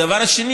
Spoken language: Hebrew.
הדבר השני,